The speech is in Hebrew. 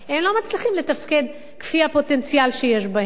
הם לא מצליחים לתפקד כפי הפוטנציאל שיש בהם,